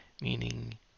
meaning